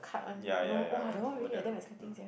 ya ya ya ya all that yeah